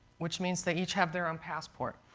which means they each have their own passport.